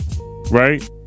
right